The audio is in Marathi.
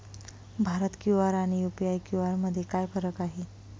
भारत क्यू.आर आणि यू.पी.आय क्यू.आर मध्ये काय फरक आहे?